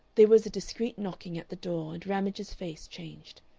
there was a discreet knocking at the door, and ramage's face changed.